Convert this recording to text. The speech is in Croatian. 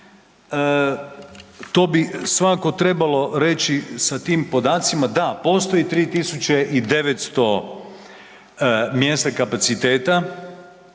to bi svakako trebalo reći sa tim podacima, da postoji 3900 mjesta kapaciteta,